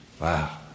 Wow